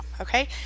Okay